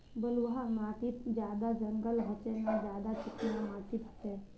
बलवाह माटित ज्यादा जंगल होचे ने ज्यादा चिकना माटित होचए?